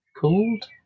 called